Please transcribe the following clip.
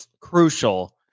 crucial